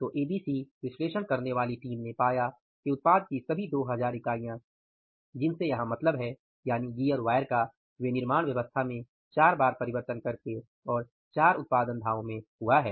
तो एबीसी विश्लेषण करने वाली टीम ने पाया कि उत्पाद की सभी 2000 इकाइयाँ जिनसे यहाँ मतलब है यानि गियर वायर का विनिर्माण व्यवस्था में चार बार परिवर्तन करके और चार उत्पादन समयों में हुआ है